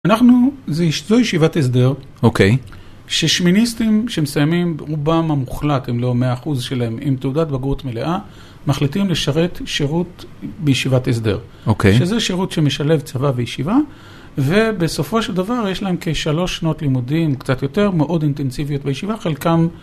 אנחנו, זו ישיבת הסדר, אוקיי, ששמיניסטים שמסיימים רובם המוחלט, אם לא מאה אחוז שלהם, עם תעודת בגרות מלאה, מחליטים לשרת שירות בישיבת הסדר, שזה שירות שמשלב צבא וישיבה, ובסופו של דבר יש להם כשלוש שנות לימודים קצת יותר, מאוד אינטנסיביות בישיבה, חלקם...